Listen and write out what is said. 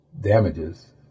damages